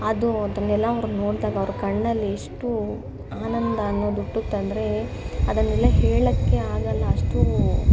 ಅದು ಅದನ್ನೆಲ್ಲ ಅವ್ರು ನೋಡಿದಾಗ ಅವ್ರ ಕಣ್ಣಲ್ಲಿ ಎಷ್ಟು ಆನಂದ ಅನ್ನೋದು ಹುಟ್ಟುತ್ತೆ ಅಂದರೆ ಅದನ್ನೆಲ್ಲ ಹೇಳೋಕ್ಕೆ ಆಗಲ್ಲ ಅಷ್ಟು